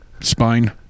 spine